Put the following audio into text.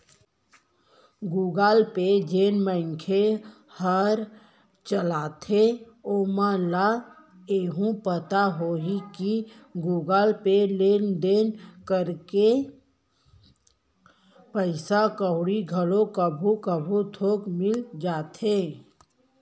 Google pay जेन मनखे हर चलाथे ओमन ल एहू पता होही कि गुगल पे ले लेन देन करे ले पइसा कउड़ी घलो कभू कभू थोक मिल जाथे